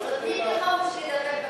נותנים לי חופש לדבר בכנסת.